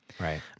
Right